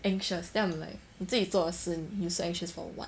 anxious then I'm like 你自己做的事你 you so anxious for what